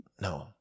No